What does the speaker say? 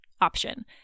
option